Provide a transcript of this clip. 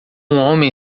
homem